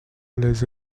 les